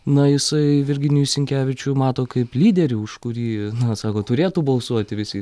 na jisai virginijui sinkevičiui mato kaip lyderį už kurį na sako turėtų balsuoti visi